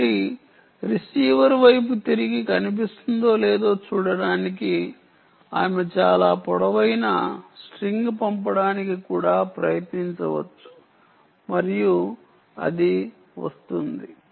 కాబట్టి రిసీవర్ వైపు తిరిగి కనిపిస్తుందో లేదో చూడటానికి ఆమె చాలా పొడవైన స్ట్రింగ్ పంపడానికి కూడా ప్రయత్నించవచ్చు మరియు అది వస్తుంది